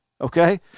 Okay